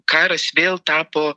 karas vėl tapo